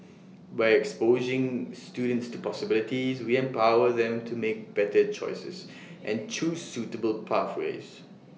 by exposing students to possibilities we empower them to make better choices and choose suitable pathways